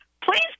please